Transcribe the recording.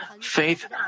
faith